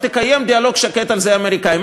תקיים דיאלוג על זה עם האמריקנים.